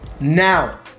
Now